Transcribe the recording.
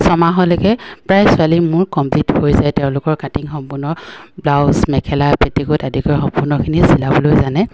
ছমাহলৈকে প্ৰায় ছোৱালী মোৰ কমপ্লিট হৈ যায় তেওঁলোকৰ কাটিং সম্পূৰ্ণ ব্লাউজ মেখেলা পেটিকোট আদিকৈ সম্পূৰ্ণখিনি চিলাবলৈ জানে